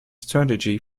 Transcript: strategy